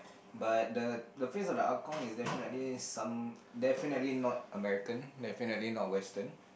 but the the face of the ah-gong is definitely some definitely not American definitely not western